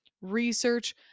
research